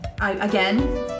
again